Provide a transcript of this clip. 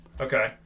Okay